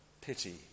pity